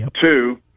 Two